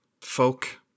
folk